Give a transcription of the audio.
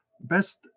best